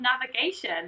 navigation